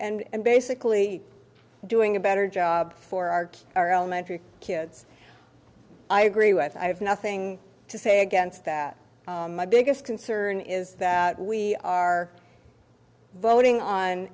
and basically doing a better job for our kids our elementary kids i agree with i have nothing to say against that my biggest concern is that we are voting on